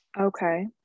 Okay